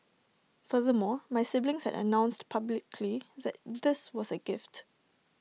furthermore my siblings had announced publicly that this was A gift